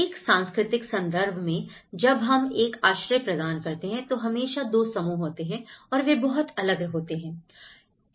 एक सांस्कृतिक संदर्भ में जब हम एक आश्रय प्रदान करते हैं तो हमेशा दो समूह होते हैं और वे बहुत अलग होते हैं